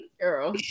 Girl